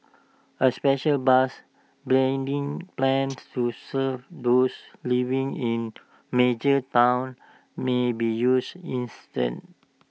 A special bus bridging plans to serve those living in major towns may be used instead